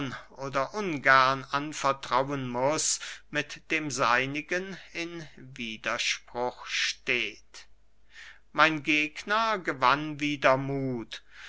oder ungern anvertrauen muß mit dem seinigen in widerspruch steht christoph martin wieland mein gegner gewann wieder muth